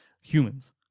humans